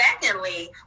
secondly